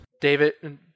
David